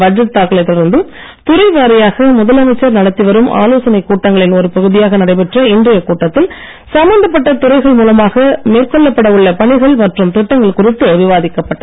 budget தாக்கலைத் தொடர்ந்து துறை வாரியாக முதலமைச்சர் நடத்தி வரும் ஆலோசனைக் கூட்டங்களின் ஒரு பகுதியாக நடைபெற்ற இன்றையக் கூட்டத்தில் சம்பந்தப்பட்ட துறைகள் மூலமாக மேற்கொள்ளப்பட உள்ள பணிகள் மற்றும் திட்டங்கள் குறித்து விவாதிக்கப்பட்டது